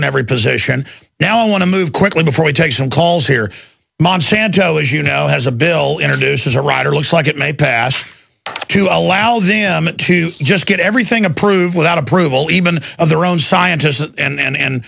in every position now i want to move quickly before we take some calls here monsanto as you know has a bill introduced as a rider looks like it may pass to allow them to just get everything approved without approval even of their own scientists and